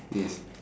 yes